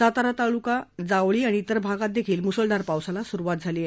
सातारा तालुका जावली आणि इतर भागात मुसळधार पावसाला सुरुवात झाली आहे